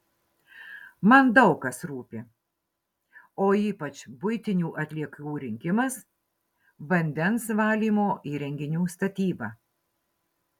man daug kas rūpi o ypač buitinių atliekų rinkimas vandens valymo įrenginių statyba